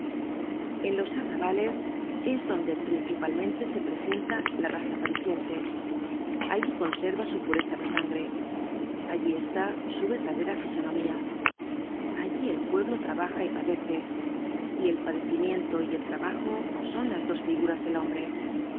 en los arrabales es donde principalmente se presenta la raza parisiense allí conserva su pureza de sangre allí está su verdadera fisonomía allí el pueblo trabaja y padece y el padecimiento y el trabajo son las dos figuras del hombre